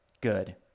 Good